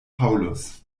paulus